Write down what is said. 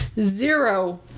zero